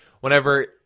Whenever